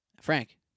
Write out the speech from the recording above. Frank